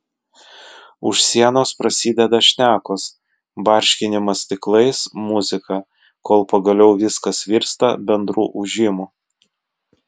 už sienos prasideda šnekos barškinimas stiklais muzika kol pagaliau viskas virsta bendru ūžimu